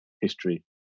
history